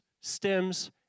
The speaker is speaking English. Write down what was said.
stems